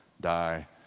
Die